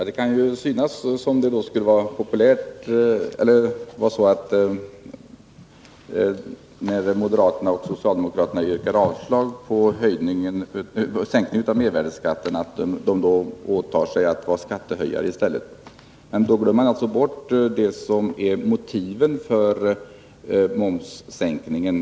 Fru talman! Det kan ju synas som om moderaterna och socialdemokraterna när de yrkar avslag på sänkningen av mervärdeskatten då åtar sig att vara skattehöjare i stället. Men då glömmer man bort vad som är motiveringen för momssänkningen.